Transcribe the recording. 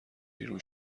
بیرون